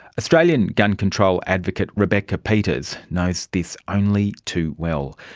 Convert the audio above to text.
australian gun-control advocate rebecca peters knows this only too well.